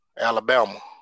Alabama